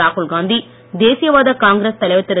ராகுல காந்தி தேசியவாத காங்கிரஸ் தலைவர் திரு